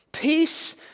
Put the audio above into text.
Peace